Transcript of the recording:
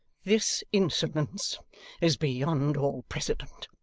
this insolence is beyond all precedent,